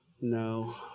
No